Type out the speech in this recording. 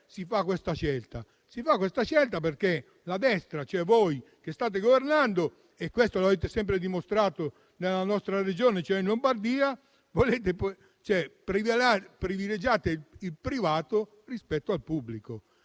Si fa questa scelta perché la destra, voi che state governando, come avete sempre dimostrato nella mia Regione, cioè in Lombardia, privilegiate il privato rispetto al pubblico.